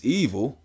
evil